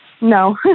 No